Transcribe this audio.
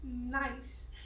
nice